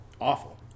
Awful